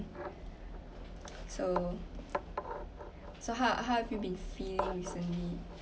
so so how how have you been feeling recently